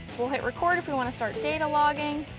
we'll hit record if we wanna start data logging.